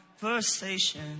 conversation